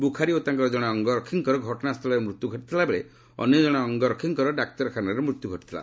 ବୁଖାରୀ ଓ ତାଙ୍କର ଜଣେ ଅଙ୍ଗରକ୍ଷୀଙ୍କର ଘଟଣା ସ୍ଥଳରେ ମୃତ୍ୟୁ ଘଟିଥିବା ବେଳେ ଅନ୍ୟ ଜଜଣେ ଅଙ୍ଗରକ୍ଷୀଙ୍କର ଡାକ୍ତରଖାନାରେ ମୃତ୍ୟୁ ଘଟିଥିଲା